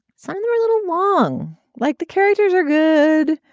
some of them are a little long. like the characters are good,